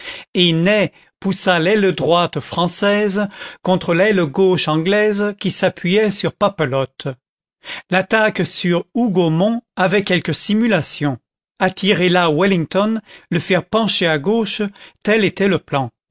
et ney poussa l'aile droite française contre l'aile gauche anglaise qui s'appuyait sur papelotte l'attaque sur hougomont avait quelque simulation attirer là wellington le faire pencher à gauche tel était le plan